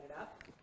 up